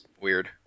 Weird